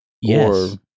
yes